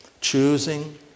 Choosing